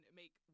make